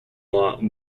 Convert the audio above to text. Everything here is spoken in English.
law